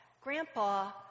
Grandpa